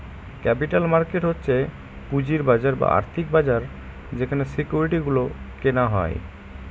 capital market হচ্ছে পুঁজির বাজার বা আর্থিক বাজার যেখানে সিকিউরিটি গুলো কেনা হয়